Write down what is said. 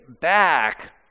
back